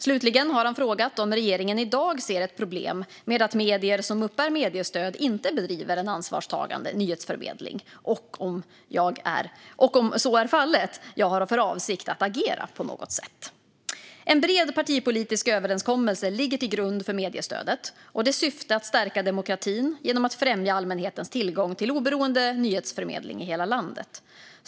Slutligen har han frågat om regeringen i dag ser ett problem med att medier som uppbär mediestöd inte bedriver en ansvarstagande nyhetsförmedling och om jag, om så är fallet, har för avsikt att agera på något sätt. En bred partipolitisk överenskommelse ligger till grund för mediestödet och dess syfte att stärka demokratin genom att främja allmänhetens tillgång till oberoende nyhetsförmedling i hela landet.